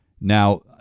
Now